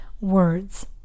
words